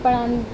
पढ़नि